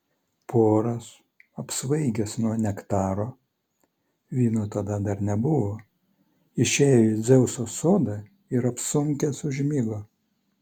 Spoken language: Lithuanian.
poras apsvaigęs nuo nektaro vyno tada dar nebuvo išėjo į dzeuso sodą ir apsunkęs užmigo